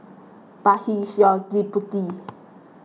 but he is your deputy